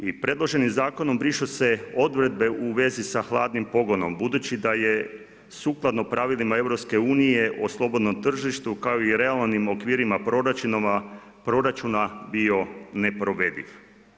I predloženim Zakonom brišu se odredbe u vezi sa hladnim pogonom, budući da je sukladno pravilima EU o slobodnom tržištu kao i realnim okvirima proračuna bio neprovediv.